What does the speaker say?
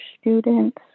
students